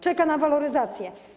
Czeka na waloryzację.